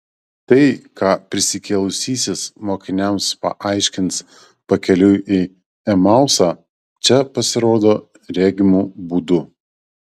tai ką prisikėlusysis mokiniams paaiškins pakeliui į emausą čia pasirodo regimu būdu